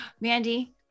Mandy